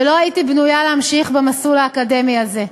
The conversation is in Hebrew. ולא הייתי בנויה להמשיך במסלול האקדמי הזה.